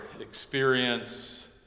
experience